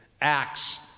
acts